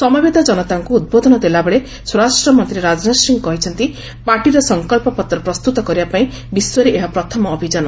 ସମବେତ ଜନତାଙ୍କୁ ଉଦ୍ବୋଧନ ଦେଲାବେଳେ ସ୍ୱରାଷ୍ଟ୍ରମନ୍ତ୍ରୀ ରାଜନାଥ ସିଂ କହିଛନ୍ତି ପାର୍ଟିର ସଙ୍କଳ୍ପ ପତ୍ର ପ୍ରସ୍ତୁତ କରିବାପାଇଁ ବିଶ୍ୱରେ ଏହା ପ୍ରଥମ ଅଭିଯାନ